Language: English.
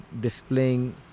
displaying